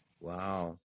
wow